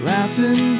Laughing